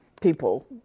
people